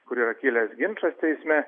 kur yra kilęs ginčas teisme